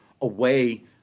away